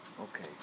Okay